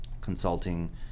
consulting